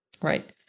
Right